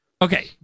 Okay